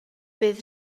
bydd